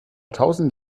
tausend